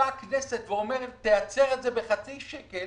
ובאה הכנסת ואומרת: תייצר את זה בחצי שקל